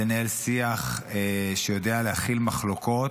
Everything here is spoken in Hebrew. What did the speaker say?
לנהל שיח שיודע להכיל מחלוקות,